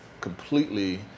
completely